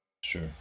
Sure